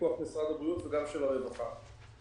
בפיקוח משרד הבריאות ומשרד הרווחה.